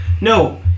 no